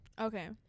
okay